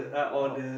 no